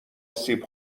سیب